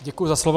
Děkuji za slovo.